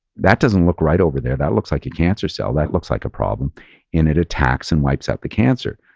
that doesn't look right over there. that looks like a cancer cell, that looks like a problem and it attacks and wipes out the cancer.